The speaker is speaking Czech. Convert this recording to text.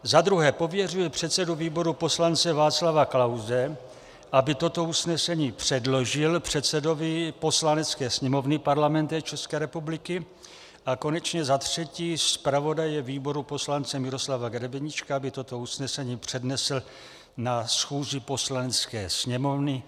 Za druhé, pověřuje předsedu výboru poslance Václava Klause, aby toto usnesení předložil předsedovi Poslanecké sněmovny Parlamentu ČR, a za třetí, zpravodaje výboru poslance Miroslava Grebeníčka, aby toto usnesení přednesl na schůzi Poslanecké sněmovny.